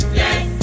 yes